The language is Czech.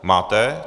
Máte.